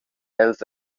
els